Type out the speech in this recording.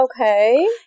okay